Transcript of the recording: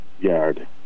yard